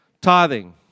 tithing